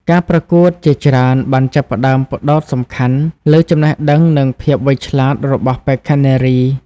ការប្រកួតជាច្រើនបានចាប់ផ្តើមផ្តោតសំខាន់លើចំណេះដឹងនិងភាពវៃឆ្លាតរបស់បេក្ខនារី។